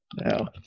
No